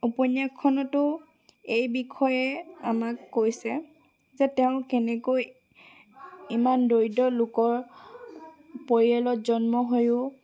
উপন্যাসখনতো এই বিষয়ে আমাক কৈছে যে তেওঁ কেনেকৈ ইমান দৰিদ্ৰ লোকৰ পৰিয়ালত জন্ম হৈয়ো